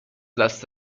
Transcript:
دست